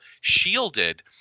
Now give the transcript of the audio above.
shielded